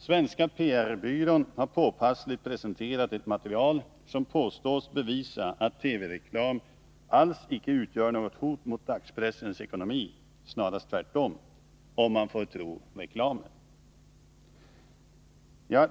Svenska PR-byrån har påpassligt presenterat ett material som påstås bevisa att TV-reklam alls icke utgör något hot mot dagspressens ekonomi — snarast tvärtom, om man får tro reklamen.